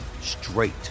straight